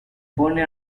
pone